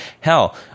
Hell